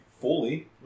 fully